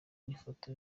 n’ifoto